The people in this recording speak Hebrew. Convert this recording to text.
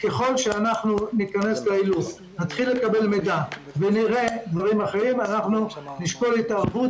ככל שניכנס להילוך ונתחיל לקבל מידע ונראה דברים אחרים נשקול התערבות